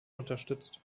unterstützt